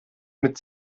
mit